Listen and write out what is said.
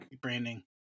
branding